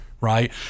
right